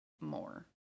more